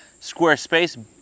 Squarespace